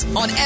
on